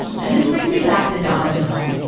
and this brings me back to donovan hoenn,